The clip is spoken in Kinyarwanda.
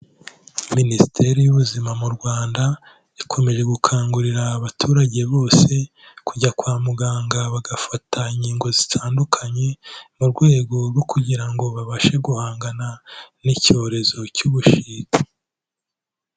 Minisiteri y'ubuzima mu Rwanda, ikomeje gukangurira abaturage bose, kujya kwa muganga bagafata inkingo zitandukanye, mu rwego rwo kugira ngo babashe guhangana n'icyorezo cy'ubushita.